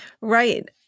Right